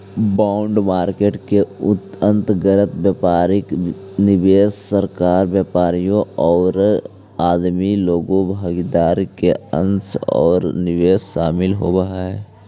bond market के अंतर्गत व्यापारिक निवेशक, सरकार, व्यापारी औउर आदमी लोग भागीदार के अंश औउर निवेश शामिल होवऽ हई